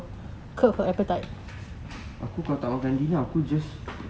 aku kalau tak makan dinner aku just